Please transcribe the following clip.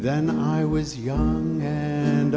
then i was young and